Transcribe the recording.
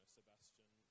Sebastian